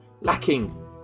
lacking